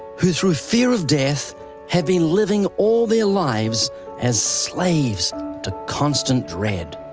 who through fear of death have been living all their lives as slaves to constant dread.